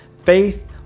faith